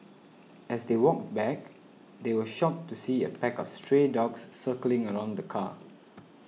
as they walked back they were shocked to see a pack of stray dogs circling around the car